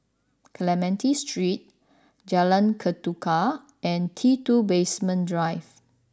Clementi Street Jalan Ketuka and T Two Basement Drive